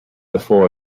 before